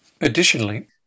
Additionally